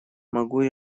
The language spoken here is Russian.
могу